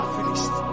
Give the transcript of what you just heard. finished